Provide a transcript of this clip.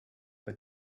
but